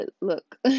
look